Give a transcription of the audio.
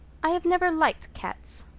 i have never liked cats,